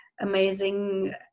amazing